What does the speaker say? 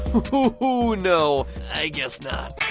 hoo you know i guess not.